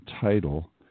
Title